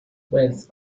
wells